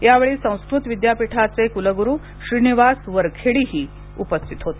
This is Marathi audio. यावेळी संस्कृत विद्यापीठाचे क्लगुरू श्रीनिवास वरखेडी उपस्थित होते